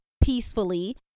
peacefully